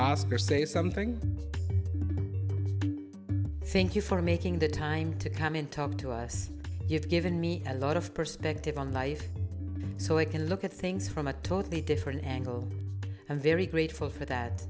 say something thank you for making the time to come in talk to us you've given me a lot of perspective on life so i can look at things from a totally different angle i'm very grateful for that